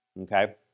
Okay